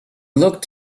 looked